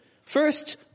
First